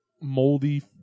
moldy